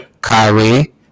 Kyrie